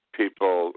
people